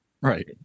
Right